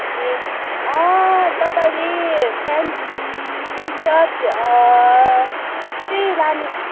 ए तपाईँले pant T shirt त्यही लानु